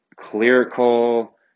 clerical